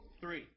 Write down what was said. three